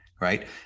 right